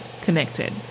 connected